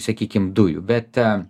sakykim dujų bet